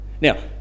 Now